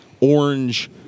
orange